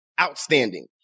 outstanding